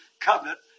covenant